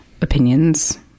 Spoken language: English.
opinions